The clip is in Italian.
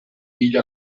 pile